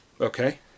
Okay